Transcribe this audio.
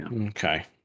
Okay